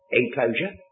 enclosure